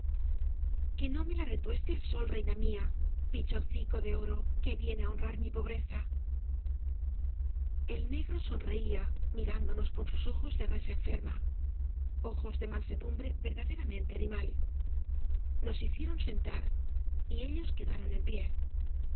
que no me la retueste el sol reina mía piñoncico de oro que viene á honrar mi pobreza el negro sonreía mirándonos con sus ojos de rs enferma ojos de una mansedumbre verdaderamente animal nos hicieron sentar y ellos quedaron en pie